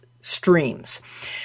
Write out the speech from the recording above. streams